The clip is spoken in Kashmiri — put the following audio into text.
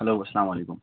ہٮ۪لو السلام علیکُم